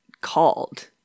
called